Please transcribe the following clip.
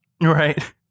Right